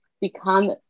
become